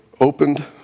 opened